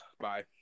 Bye